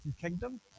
Kingdom